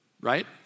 Right